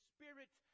Spirit